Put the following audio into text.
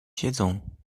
siedzą